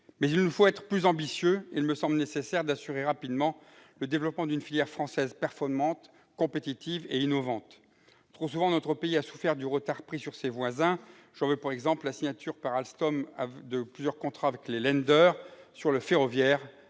Mais il faut être plus ambitieux : il me semble nécessaire d'assurer rapidement le développement d'une filière française performante, compétitive et innovante. Trop souvent, notre pays a souffert du retard pris sur ses voisins : j'en veux pour exemple la signature par Alstom de plusieurs contrats avec les dans le domaine du ferroviaire,